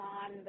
on